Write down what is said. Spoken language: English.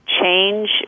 change